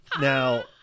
Now